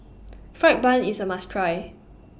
Fried Bun IS A must Try